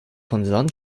von